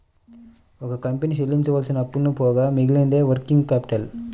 ఒక కంపెనీ చెల్లించవలసిన అప్పులు పోగా మిగిలినదే వర్కింగ్ క్యాపిటల్